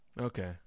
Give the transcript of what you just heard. Okay